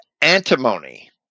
antimony